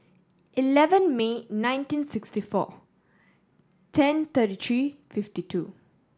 eleven May nineteen sixty four ten thirty three fifty two